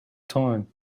time